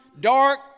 Dark